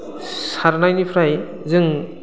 सारनायनिफ्राय जों